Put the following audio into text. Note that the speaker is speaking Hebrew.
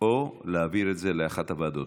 או להעביר את זה לאחת הוועדות.